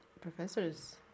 professors